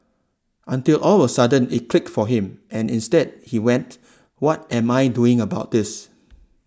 until all of a sudden it clicked for him and instead he went what am I doing about this